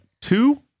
Two